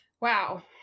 Wow